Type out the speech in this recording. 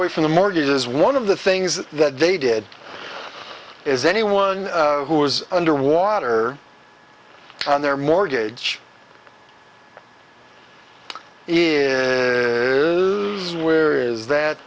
away from the mortgage is one of the things that they did is anyone who was underwater on their mortgage is where is that